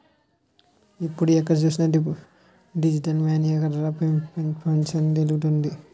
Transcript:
ఇప్పుడు ఎక్కడ చూసినా డిజిటల్ మనీయే కదరా పెపంచాన్ని ఏలుతోంది